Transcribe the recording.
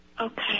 Okay